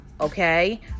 Okay